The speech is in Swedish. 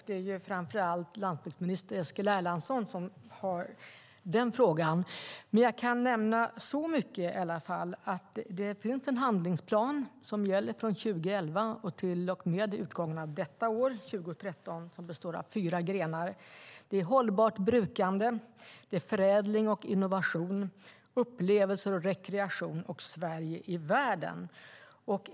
Det är framför allt en fråga för landsbygdsminister Eskil Erlandsson, men jag kan nämna så mycket som att det finns en handlingsplan som gäller från 2011 till och med utgången av detta år, 2013, och som består av fyra grenar: hållbart brukande, förädling och innovation, upplevelse och rekreation samt Sverige i världen.